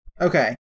Okay